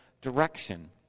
direction